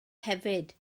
hefyd